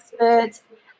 experts